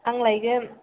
आं लायगोन